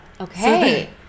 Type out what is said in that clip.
okay